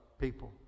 people